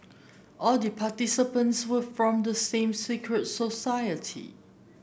all the participants were from the same secret society